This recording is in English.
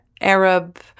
Arab